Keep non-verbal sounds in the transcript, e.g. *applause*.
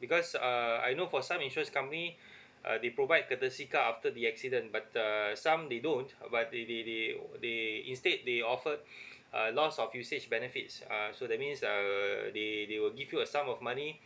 because uh I know for some insurance company uh they provide courtesy car after the accident but uh some they don't but they they they they instead they offered *breath* uh loss of usage benefits uh so that means err they they will give you a sum of money